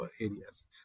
areas